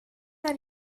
are